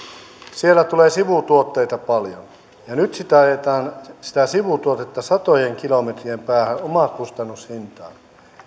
tulee paljon sivutuotteita nyt sitä sivutuotetta ajetaan satojen kilometrien päähän omakustannushintaan